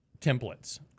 templates